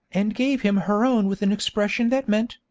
and gave him her own with an expression that meant,